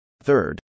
Third